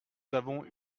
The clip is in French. avons